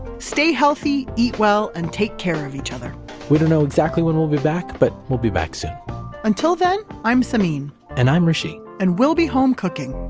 stay healthy, eat well and take care of each other we don't know exactly when we'll be back but we'll be back soon until then, i'm samin and i'm hrishi and we'll be home cooking